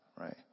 right